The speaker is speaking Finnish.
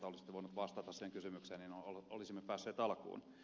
olisitte voinut vastata siihen kysymykseen niin olisimme päässeet alkuun